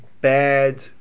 bad